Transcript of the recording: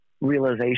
realization